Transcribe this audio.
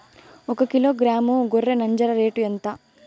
ఒకకిలో గ్రాము గొర్రె నంజర రేటు ఎంత?